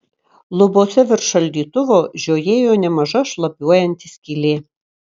lubose virš šaldytuvo žiojėjo nemaža šlapiuojanti skylė